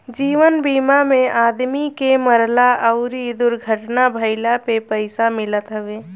जीवन बीमा में आदमी के मरला अउरी दुर्घटना भईला पे पईसा मिलत हवे